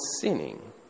sinning